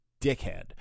dickhead